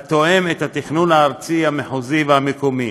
התואם את התכנון הארצי, המחוזי והמקומי.